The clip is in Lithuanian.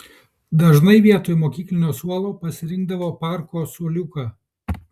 dažnai vietoj mokyklinio suolo pasirinkdavo parko suoliuką